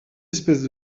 espèces